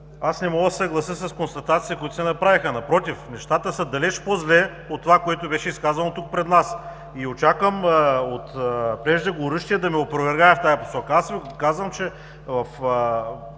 аз не мога да се съглася с констатациите, които се направиха. Напротив, нещата са далеч по-зле от това, което беше изказано тук пред нас. Очаквам от преждеговорившия да ме опровергае в тази посока. Аз Ви казвам, че в